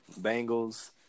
Bengals